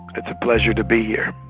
it's a pleasure to be here.